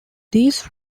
these